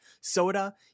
Soda